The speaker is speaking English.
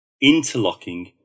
interlocking